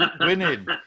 winning